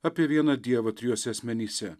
apie vieną dievą trijuose asmenyse